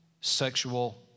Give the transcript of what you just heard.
sexual